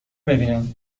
ببینم